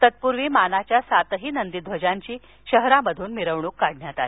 तत्पूर्वी मानाच्या सातही नंदीध्वजाची शहरातून मिरवणूक काढण्यात आली